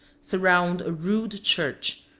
surround a rude church,